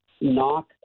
knock